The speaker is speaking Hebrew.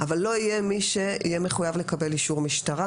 אבל לא יהיה מי שיהיה מחויב לקבל אישור משטרה